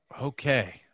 Okay